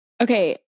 Okay